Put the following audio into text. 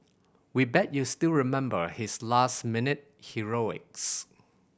we bet you still remember his last minute heroics